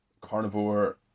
carnivore